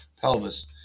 pelvis